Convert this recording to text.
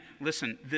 listen